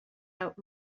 out